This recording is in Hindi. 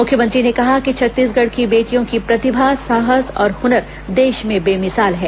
मुख्यमंत्री ने कहा कि छत्तीसगढ़ की बेटियों की प्रतिभा साहस और हनर देश में बेमिसाल है